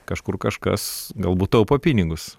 kažkur kažkas galbūt taupo pinigus